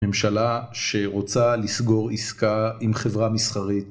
ממשלה שרוצה לסגור עסקה עם חברה מסחרית